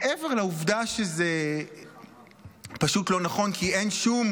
מעבר לעובדה שזה פשוט לא נכון כי אין שום